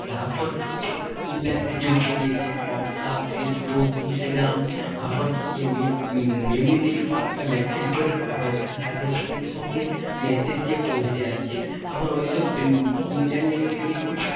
আর এখন সব ইন্টারনেটের যুগ বেরিয়েছে হোয়াটসআপ ফেসবুক ইনস্টাগ্রাম এখন এমনিতেই বার্তা মেসেজ করে পাঠানো যায় তাতে সঙ্গে সঙ্গে মেসেজ যেয়ে পৌঁছে যাচ্ছে এখন ওই সব ইন্টারনেট বেরিয়ে খুব